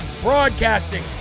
broadcasting